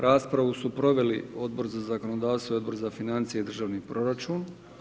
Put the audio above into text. Raspravu su proveli Odbor za zakonodavstvo i Odbor financije i državni proračun.